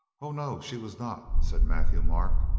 o no, she was not, said matthieu-marc.